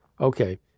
okay